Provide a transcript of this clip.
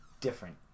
Different